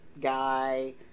guy